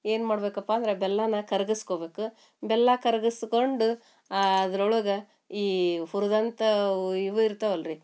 ಏನು ಮಾಡಬೇಕಪ್ಪ ಅಂದರೆ ಬೆಲ್ಲನ ಕರ್ಗಿಸ್ಕೋಬೇಕ್ ಬೆಲ್ಲ ಕರ್ಗಿಸ್ಕೊಂಡು ಅದ್ರೊಳಗೆ ಈ ಹುರಿದಂಥ ಇವು ಇರ್ತಾವಲ್ಲ ರೀ